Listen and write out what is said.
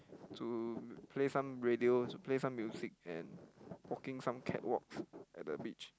to play some radio to play some music and walking some catwalks at the beach